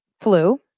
flu